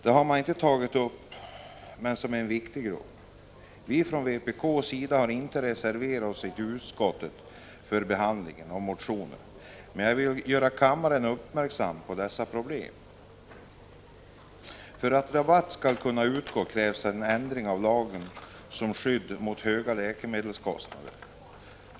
Dem har man inte tagit upp, men de är en viktig grupp. Vi från vpk:s sida har inte reserverat oss i utskottet i samband med behandlingen av motionerna, men jag vill ändå göra kammaren uppmärksam på dessa problem. För att rabatt skall utgå krävs en ändring i lagen om skydd mot höga läkemedelskostnader.